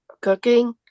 cooking